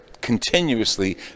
continuously